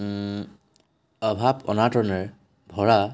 অভাৱ অনাটনেৰে ভৰা